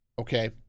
okay